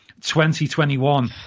2021